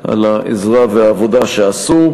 על העזרה ועל העבודה שעשו.